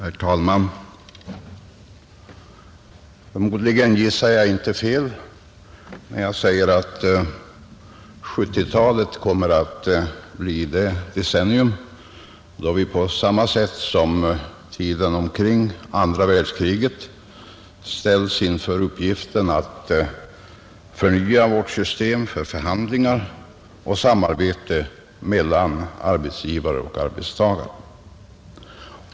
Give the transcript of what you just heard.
Herr talman! Förmodligen gissar jag inte fel när jag säger att 1970-talet kommer att bli det decennium då vi på samma sätt som under tiden omkring andra världskriget ställs inför uppgiften att förnya vårt system för förhandlingar och samarbete mellan arbetsgivare och arbetstagare.